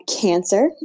Cancer